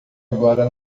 agora